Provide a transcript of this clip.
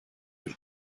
bir